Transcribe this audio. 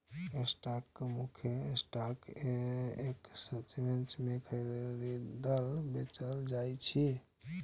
stock मुख्यतः stock exchange मे खरीदल, बेचल जाइ छै